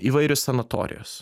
įvairios sanatorijos